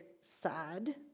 sad